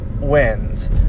wins